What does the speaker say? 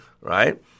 Right